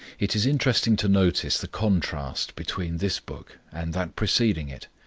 it is interesting to notice the contrast between this book and that preceding it.